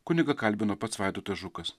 kunigą kalbino pats vaidotas žukas